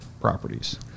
properties